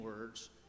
words